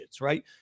right